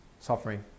suffering